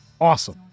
awesome